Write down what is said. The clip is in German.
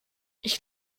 ich